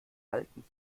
alten